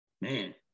Man